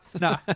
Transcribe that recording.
no